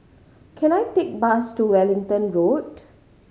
can I take bus to Wellington Road